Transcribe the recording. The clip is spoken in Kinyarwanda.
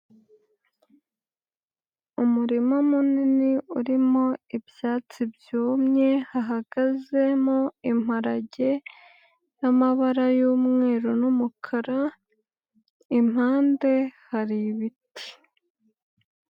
Umurima munini urimo ibyatsi byumye hahagazemo imparage, y'amabara y'umweru n'umukara, impande hari ibiti.